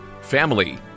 family